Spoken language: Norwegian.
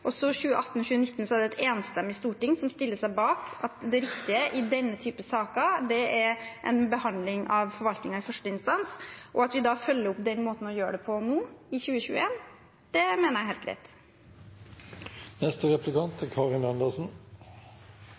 et enstemmig storting som stilte seg bak at det riktige i denne typen saker er en behandling av forvaltningen i første instans, og at vi da følger opp den måten å gjøre det på nå i 2021 – det mener jeg er helt greit. Det er en helt spektakulær snuoperasjon Venstre har gjort, og det er